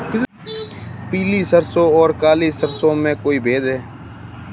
पीली सरसों और काली सरसों में कोई भेद है?